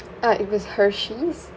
uh it was Hershey's